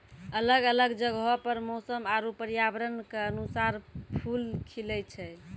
अलग अलग जगहो पर मौसम आरु पर्यावरण क अनुसार फूल खिलए छै